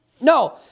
No